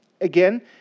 again